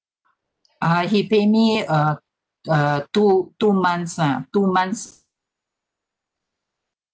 uh he pay me uh uh two two months lah two months